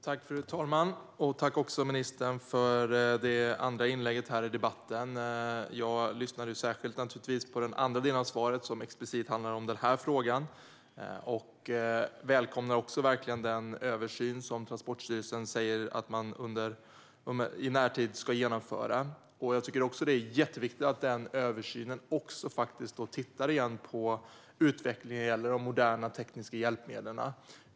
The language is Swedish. Fru talman! Tack, ministern, för det andra inlägget i debatten! Jag lyssnade särskilt på den andra delen av svaret som explicit handlade om frågan jag ställde. Jag välkomnar också den översyn som Transportstyrelsen säger att man ska genomföra i närtid. Det jätteviktigt att man i den översynen igen tittar på utvecklingen av de moderna tekniska hjälpmedlen.